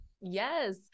Yes